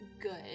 good